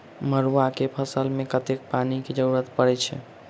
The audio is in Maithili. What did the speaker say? मड़ुआ केँ फसल मे कतेक पानि केँ जरूरत परै छैय?